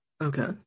okay